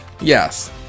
yes